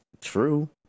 true